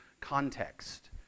context